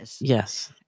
yes